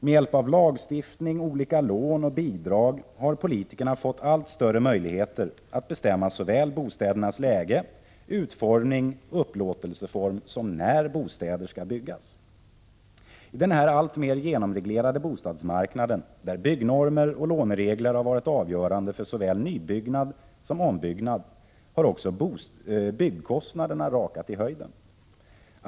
Med hjälp av lagstiftning, olika lån och bidrag har politikerna fått allt större möjligheter att bestämma bostädernas läge, utformning, upplåtelseform och tidpunkt för när bostäder skall byggas. I den allt mer genomreglerade bostadsmarknaden, där byggnormer och låneregler har varit avgörande för såväl nybyggnad som ombyggnad, har också byggkostnaderna rakat i höjden.